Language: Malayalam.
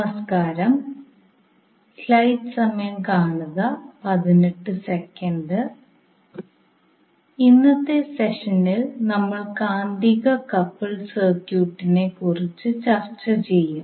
നമസ്കാരം ഇന്നത്തെ സെഷനിൽ നമ്മൾ കാന്തിക കപ്പിൾഡ് സർക്യൂട്ടിനെക്കുറിച്ച് ചർച്ച ചെയ്യും